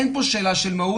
אין פה שאלה של מהות,